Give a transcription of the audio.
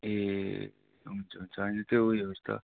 ए हुन्छ हुन्छ होइन त्यो उयो जस्तो